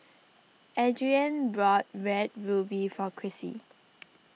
Adrianne bought Red Ruby for Chrissy